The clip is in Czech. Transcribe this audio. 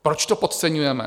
Proč to podceňujeme?